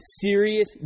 serious